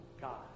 God